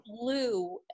blue